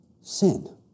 sin